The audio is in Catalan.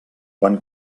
quan